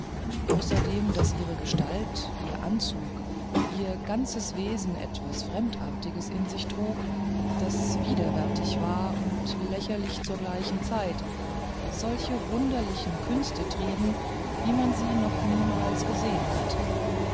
außerdem daß ihre gestalt ihr anzug ihr ganzes wesen etwas ganz fremdartiges in sich trug das widerwärtig war und lächerlich zu gleicher zeit solche wunderliche künste trieben wie man sie noch niemals gesehen hatte